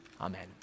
Amen